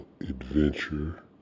adventure